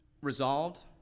resolved